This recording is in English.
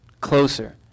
closer